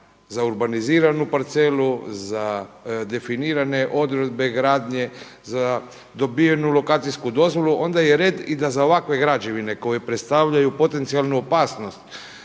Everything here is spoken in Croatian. za urbaniziranu parcelu, za definirane odredbe gradnje, za dobivenu lokacijsku dozvolu onda je red da i za ovakve građevine koje predstavljaju potencijalnu opasnost